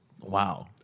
Wow